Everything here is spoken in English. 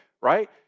right